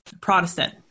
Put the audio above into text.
Protestant